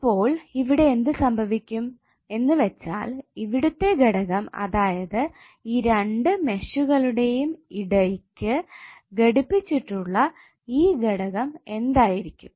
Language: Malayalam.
ഇപ്പോൾ ഇവിടെ എന്ത് സംഭവിക്കും എന്ന് വെച്ചാൽ ഇവിടുത്തെ ഘടകം അതായത് ഈ രണ്ടു മെഷുകളുടെയും ഇടയ്ക്ക് ഘടിപ്പിച്ചിട്ടുള്ള ഈ ഘടകം എന്തായിരിക്കും